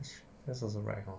that's also right hor